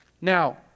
Now